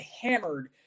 hammered